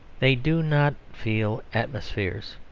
they do not feel atmospheres.